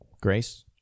Grace